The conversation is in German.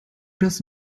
das